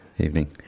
Evening